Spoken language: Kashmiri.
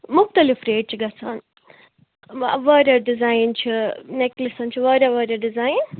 مُختلِف ریٹ چھِ گژھان وۅنۍ واریاہ ڈِزایِن چھِ نیٚکلِسَن چھِ واریاہ واریاہ ڈِزایِن